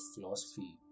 philosophy